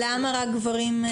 למה רק גברים?